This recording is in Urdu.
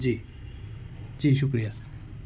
جی جی شکریہ